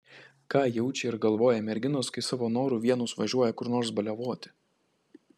ką jaučia ir galvoja merginos kai savo noru vienos važiuoja kur nors baliavoti